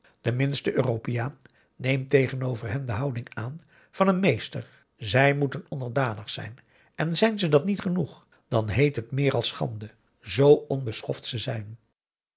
de minste europeaan neemt tegenover hen de houding aan van een meester zij moeten onderdanig zijn en zijn ze dat niet genoeg dan heet het meer als schande zoo onbeschoft ze zijn